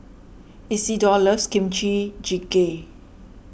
Isidor loves Kimchi Jjigae